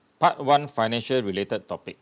part one financial related topic